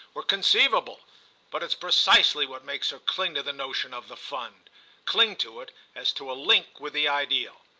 were conceivable but it's precisely what makes her cling to the notion of the fund' cling to it as to a link with the ideal.